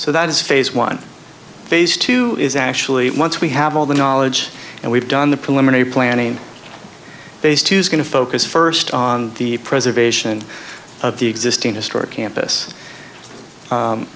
so that is phase one phase two is actually once we have all the knowledge and we've done the preliminary planning base to skin to focus first on the preservation of the existing historic campus